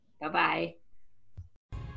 Bye-bye